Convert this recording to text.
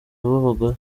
w’abagore